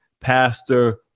Pastor